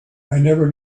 never